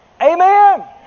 Amen